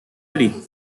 ele